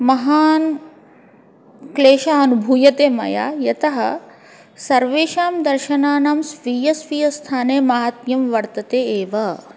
महान् क्लेशः अनुभूयते मया यतः सर्वेषां दर्शनानां स्वीयं स्वीयं स्थाने महात्म्यं वर्तते एव